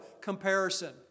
comparison